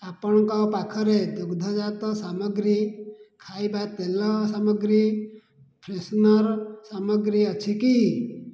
ଆପଣଙ୍କ ପାଖରେ ଦୁଗ୍ଧଜାତ ସାମଗ୍ରୀ ଖାଇବା ତେଲ ସାମଗ୍ରୀ ଫ୍ରେଶନର୍ ସାମଗ୍ରୀ ଅଛି କି